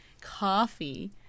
coffee